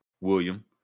William